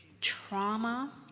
trauma